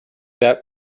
that